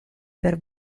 per